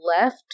left